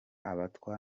abatwa